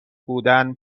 بودن